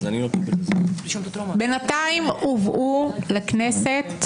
בינתיים הובאו לכנסת